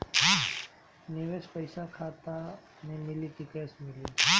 निवेश पइसा खाता में मिली कि कैश मिली?